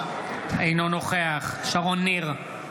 אינו נוכח שרון ניר,